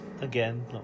again